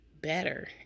better